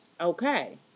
okay